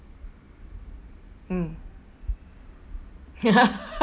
mm